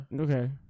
Okay